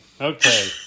Okay